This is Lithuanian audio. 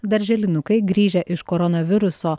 darželinukai grįžę iš koronaviruso